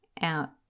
out